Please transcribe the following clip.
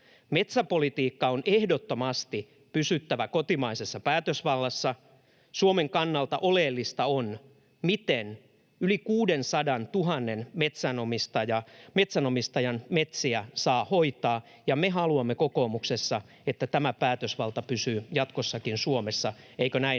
Metsäpolitiikan on ehdottomasti pysyttävä kotimaisessa päätösvallassa. Suomen kannalta oleellista on, miten yli kuudensadantuhannen metsänomistajan metsiä saa hoitaa, ja me haluamme kokoomuksessa, että tämä päätösvalta pysyy jatkossakin Suomessa. Eikö näin,